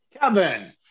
Kevin